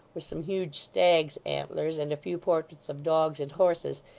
with some huge stags' antlers, and a few portraits of dogs and horses,